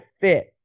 fit